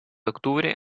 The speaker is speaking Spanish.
octubre